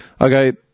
okay